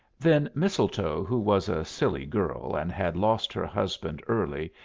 then mistletoe, who was a silly girl and had lost her husband early,